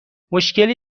مشکلی